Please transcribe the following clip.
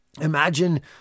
Imagine